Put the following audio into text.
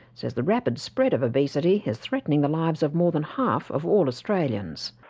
says the rapid spread of obesity is threatening the lives of more than half of all australians.